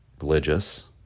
religious